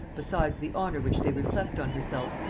besides the honor which they reflect on herself,